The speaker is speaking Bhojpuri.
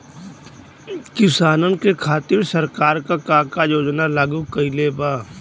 किसानन के खातिर सरकार का का योजना लागू कईले बा?